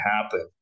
happen